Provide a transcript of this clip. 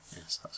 yes